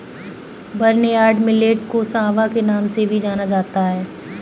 barnyard millet को सांवा के नाम से भी जाना जाता है